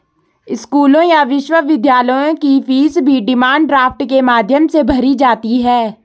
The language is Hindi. स्कूलों या विश्वविद्यालयों की फीस भी डिमांड ड्राफ्ट के माध्यम से भरी जाती है